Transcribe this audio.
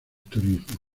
turismo